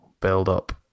build-up